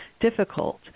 difficult